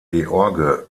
george